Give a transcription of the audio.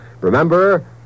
Remember